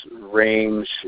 range